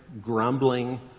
grumbling